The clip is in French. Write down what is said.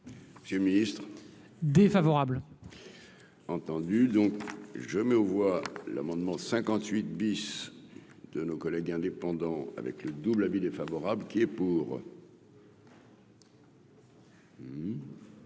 non ciblées. J'. Défavorable. Entendu donc je mets aux voix l'amendement 58 bis de nos collègues indépendants avec le double avis défavorable qui est pour.